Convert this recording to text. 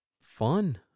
fun